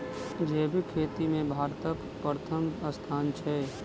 जैबिक खेती मे भारतक परथम स्थान छै